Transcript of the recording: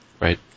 Right